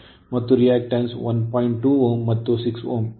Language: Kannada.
2 Ω ಮತ್ತು 6 Ω